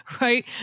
right